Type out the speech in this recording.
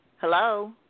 Hello